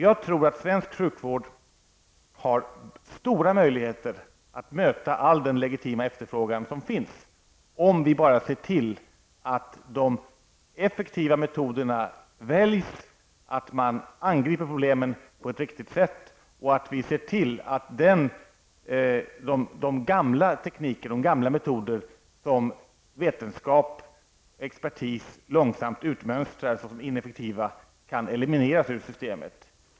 Jag tror att svensk sjukvård har stora möjligheter att möta all den legitima efterfrågan som finns, om vi bara ser till att de effektiva metoderna väljs, att man angriper problemen på ett riktigt sätt och att de gamla teknikerna och metoderna som vetenskap och expertis långsamt utmönstrar som ineffektiva kan elimineras ur systemet.